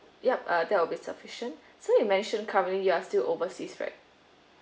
yup uh that would be sufficient so you mention currently you are still overseas right